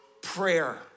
prayer